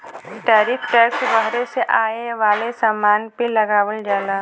tariff tax बहरे से आये वाले समान पे लगावल जाला